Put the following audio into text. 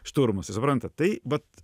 šturmas tai suprantat tai vat